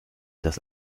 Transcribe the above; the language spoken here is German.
das